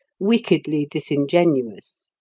wickedly disingenuous.